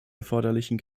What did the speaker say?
erforderlichen